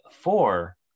four